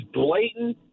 blatant